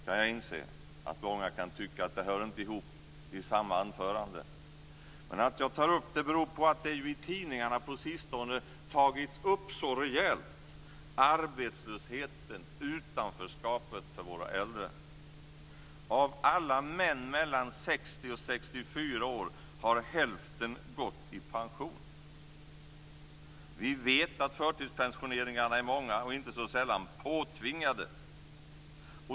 Jag kan inse att några kan tycka att det inte hör ihop i samma anförande. Men att jag tar upp det beror på att utanförskapet och arbetslösheten för våra äldre på sistone tagits upp så rejält i tidningarna. Av alla män mellan 60 och 64 år har hälften gått i pension. Vi vet att förtidspensioneringarna är många och inte så sällan påtvingade.